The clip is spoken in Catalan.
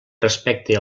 respecte